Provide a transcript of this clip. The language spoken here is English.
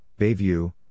Bayview